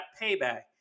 Payback